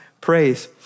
praise